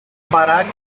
barack